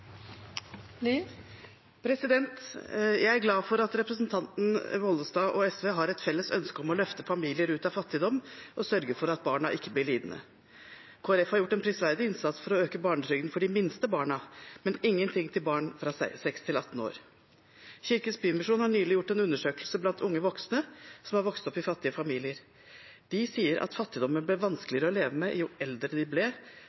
SV har et felles ønske om å løfte familier ut av fattigdom og sørge for at barna ikke blir lidende. Kristelig Folkeparti har gjort en prisverdig innsats for å øke barnetrygden for de minste barna, men de har ingenting til barn fra 6 til 18 år. Kirkens Bymisjon har nylig gjort en undersøkelse blant unge voksne som har vokst opp i fattige familier. De sier at fattigdommen ble vanskeligere å leve med jo eldre de ble,